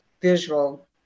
visual